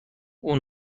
اون